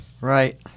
Right